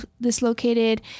dislocated